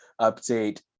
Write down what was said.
update